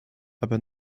aber